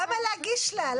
למה להגיש לה?